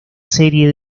serie